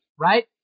Right